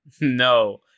no